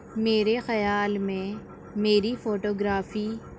میرے خیال میں میری فوٹو گرافی